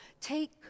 Take